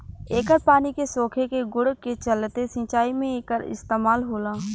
एकर पानी के सोखे के गुण के चलते सिंचाई में एकर इस्तमाल होला